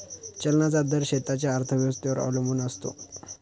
चलनाचा दर देशाच्या अर्थव्यवस्थेवर अवलंबून असतो